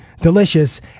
delicious